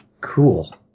Cool